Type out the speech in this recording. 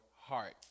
heart